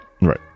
Right